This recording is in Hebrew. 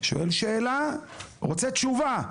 שואל שאלה, רוצה תשובה.